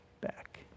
back